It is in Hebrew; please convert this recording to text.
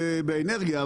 באנרגיה,